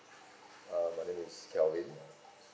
uh my name is kelvin